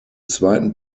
zweiten